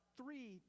three